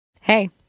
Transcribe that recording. Hey